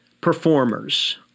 performers